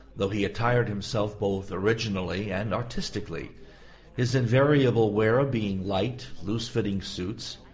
though he attired himself both originally and artistically his invariable wear being light, loose-fitting suits,